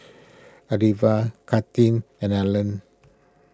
Alivia Katelin and Allan